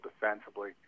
defensively